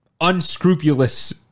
unscrupulous